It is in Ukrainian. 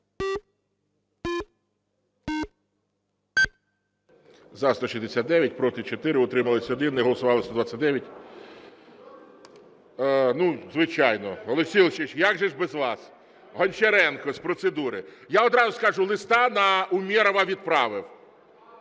За-169 Проти – 4, утримались – 1, не голосували – 129. Звичайно, Олексій Олексійович, як же ж без вас. Гончаренко – з процедури. Я одразу скажу, листа на Умєрова відправив.